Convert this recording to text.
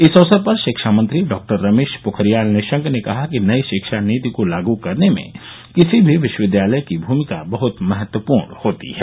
इस अवसर पर शिक्षा मंत्री डॉक्टर रमेश पोखरियालनिशंक ने कहा कि नई शिक्षा नीति को लागू करने में किसी भी विश्वविद्यालय की भूमिका बहुत महत्वपूर्ण होती है